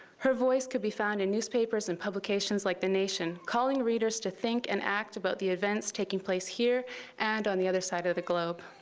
her voice could be found in newspapers and publications like the nation, calling readers to think and act about the events taking place here and on the other side of the globe.